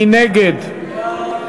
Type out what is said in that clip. מי נגד?